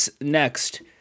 Next